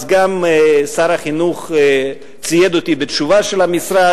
אז שר החינוך צייד אותי בתשובה של המשרד.